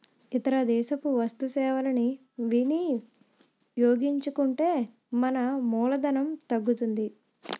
ఇతర దేశపు వస్తు సేవలని వినియోగించుకుంటే మన మూలధనం తగ్గుతుంది